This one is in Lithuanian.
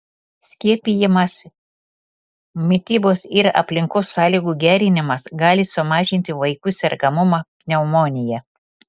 skiepijimas mitybos ir aplinkos sąlygų gerinimas gali sumažinti vaikų sergamumą pneumonija